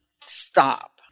stop